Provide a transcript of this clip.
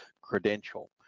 credential